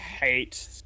hate